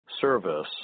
service